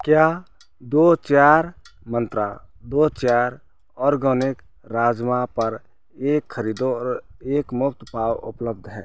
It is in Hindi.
क्या दो चार मंत्रा दो चार ऑर्गोनिक राजमा पर एक ख़रीदो और एक मुफ़्त पाओ उपलब्ध है